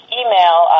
email